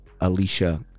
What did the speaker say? alicia